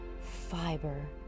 fiber